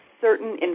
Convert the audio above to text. certain